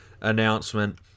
Announcement